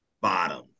bottom